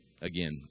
again